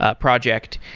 ah project.